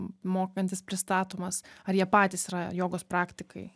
mokantis pristatomas ar jie patys yra jogos praktikai